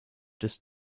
des